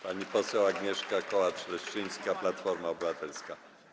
Pani poseł Agnieszka Kołacz-Leszczyńska, Platforma Obywatelska.